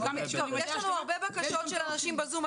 יש לנו הרבה בקשות של אנשים בזום.